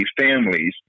families